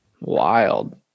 wild